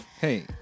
Hey